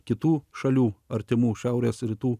kitų šalių artimų šiaurės rytų